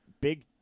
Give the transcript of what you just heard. big